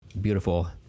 beautiful